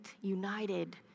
united